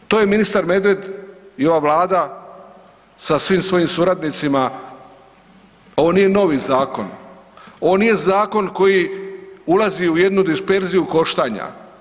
To je ministar Medved i ova Vlada sa svim svojim suradnicima, ovo nije novi zakon, ovo nije zakon koji ulazi u jednu disperziju koštanja.